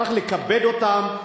צריך לכבד אותם.